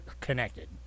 connected